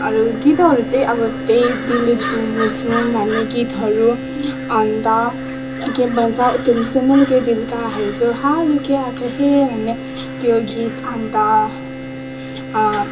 हरू गीतहरू चाहिँ अब त्यही दिल झुमझुम भन्ने गीतहरू अन्त के भन्छ तुम से मिलके दिल का यह जो हाल क्या कहे भन्ने त्यो गीत अन्त